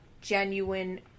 genuine